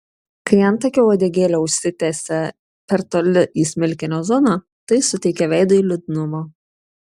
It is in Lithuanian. kai antakio uodegėlė užsitęsia per toli į smilkinio zoną tai suteikia veidui liūdnumo